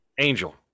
angel